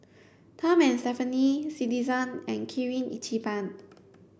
Tom and Stephanie Citizen and Kirin Ichiban